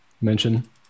mention